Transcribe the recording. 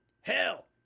Hell